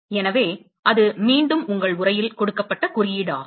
எனவே அது மீண்டும் உங்கள் உரையில் கொடுக்கப்பட்ட குறியீடாகும்